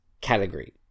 category